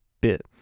bit